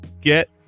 get